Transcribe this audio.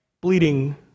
Bleeding